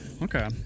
Okay